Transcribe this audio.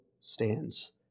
stands